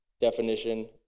definition